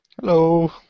Hello